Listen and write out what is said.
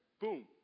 boom